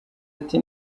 ati